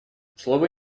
слово